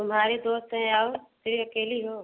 तुम्हारे दोस्त हैं और फिर अकेली हो